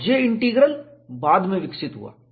और J integral बाद में विकसित हुआ